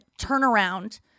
turnaround